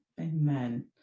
amen